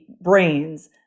brains